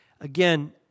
Again